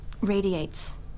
radiates